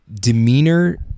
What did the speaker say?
demeanor